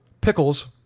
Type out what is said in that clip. Pickles